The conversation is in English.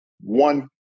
one